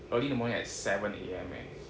early the morning at seven A_M eh